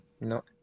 No